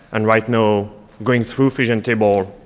and right now going through fusion table,